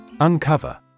Uncover